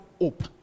hope